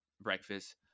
breakfast